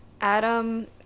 Adam